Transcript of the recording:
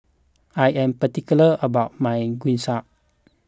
I am particular about my Gyoza